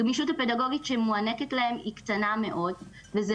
הגמישות הפדגוגית שמוענקת להם היא קטנה מאוד וזה